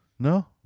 No